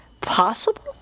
possible